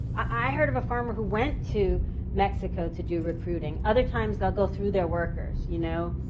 i heard of a farmer who went to mexico to do recruiting. other times, they'll go through their workers, you know.